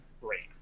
great